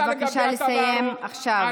בבקשה לסיים עכשיו.